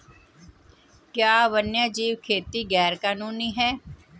क्या वन्यजीव खेती गैर कानूनी है?